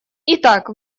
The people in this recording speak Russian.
итак